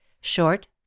short